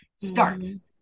starts